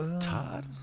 Todd